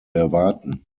erwarten